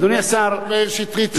חבר הכנסת מאיר שטרית.